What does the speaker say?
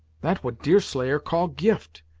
that what deerslayer call gift.